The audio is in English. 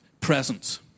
presence